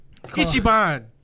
Ichiban